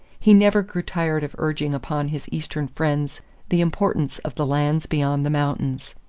he never grew tired of urging upon his eastern friends the importance of the lands beyond the mountains.